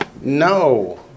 No